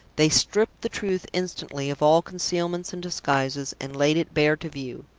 they stripped the truth instantly of all concealments and disguises, and laid it bare to view.